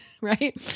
right